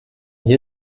hier